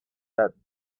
that